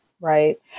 right